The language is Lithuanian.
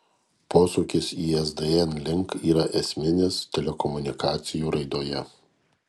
posūkis isdn link yra esminis telekomunikacijų raidoje